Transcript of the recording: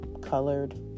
colored